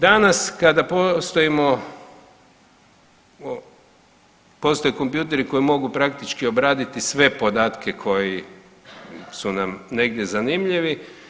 Danas kada postojimo, postoje kompjuteri koji mogu praktički obraditi sve podatke koji su nam negdje zanimljivi.